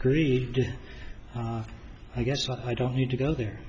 agreed to i guess i don't need to go there